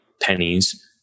pennies